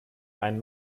ein